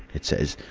it says,